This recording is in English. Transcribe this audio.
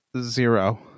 zero